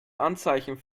anzeichen